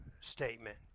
statement